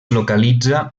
localitza